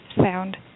sound